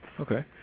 Okay